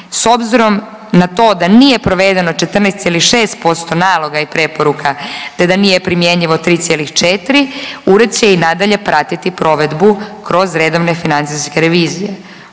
s obzirom na to da nije provedeno 14,6% naloga i preporuka te da nije primjenjivo 3,4 ured će i nadalje pratiti provedbu kroz redovne financijske revizije.